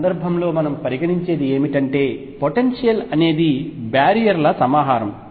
ఈ సందర్భంలో మనం పరిగణించేది ఏమిటంటే పొటెన్షియల్ అనేది ఈ బ్యారియర్ల సమాహారం